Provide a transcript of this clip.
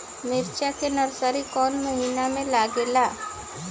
मिरचा का नर्सरी कौने महीना में लागिला?